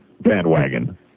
bandwagon